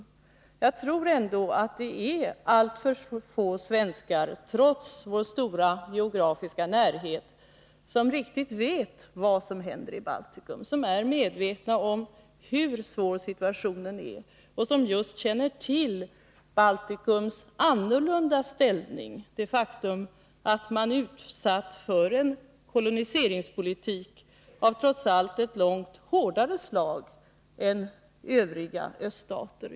Vidare tror jag att alltför få svenskar, trots den geografiska närheten till Baltikum, riktigt vet vad som händer i Baltikum. Alltför få svenskar är medvetna om hur svår situationen där är, hur annorlunda Baltikums ställning är. Det är ju ett faktum att man där är utsatt för en koloniseringspoltitik av ett vida hårdare slag än vad som är fallet i Övriga öststater.